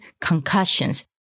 concussions